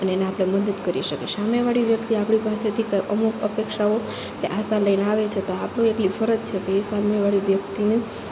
અને એને આપણે મદદ શકીએ સામેવાળી વ્યક્તિ આપણી પાસેથી અમુક અપેક્ષાઓ કે આશાઓ લઈને આવે છે તો આપણું એટલી ફરજ છે કે એ સામેવાળી વ્યક્તિને